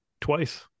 twice